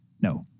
no